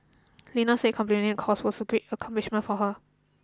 Lena said completing the course was a great accomplishment for her